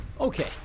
Okay